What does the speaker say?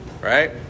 Right